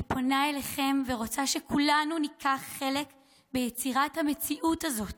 אני פונה אליכם ורוצה שכולנו ניקח חלק ביצירת המציאות הזאת